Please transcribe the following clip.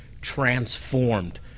transformed